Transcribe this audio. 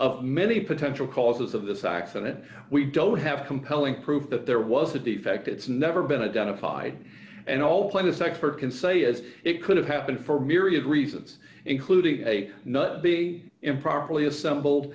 of many potential causes of this accident we don't have compelling prove that there was a defect it's never been identified and all claim this expert can say is it could have happened for myriad reasons including a nut the improperly assembled